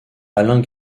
alain